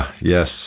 yes